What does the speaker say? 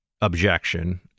objection